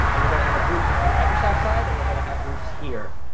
and we're going to have a group on the microsoft side and we're going to have groups here.